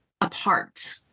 apart